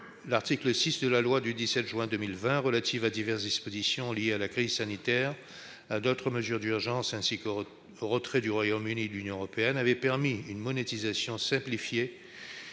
L'article 6 de la loi du 17 juin 2020 relative à diverses dispositions liées à la crise sanitaire, à d'autres mesures urgentes, ainsi qu'au retrait du Royaume-Uni de l'Union européenne avait permis une monétisation simplifiée